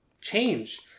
change